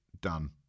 done